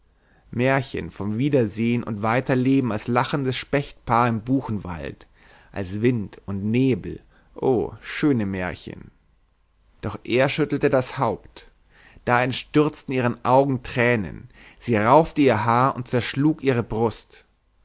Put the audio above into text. märchen vom wiedersehn und weiterleben als lachendes spechtpaar im buchenwald als wind und nebel o schöne märchen doch er schüttelte das haupt da entstürzten ihren augen tränen sie raufte ihr haar und zerschlug ihre brust